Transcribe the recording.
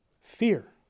Fear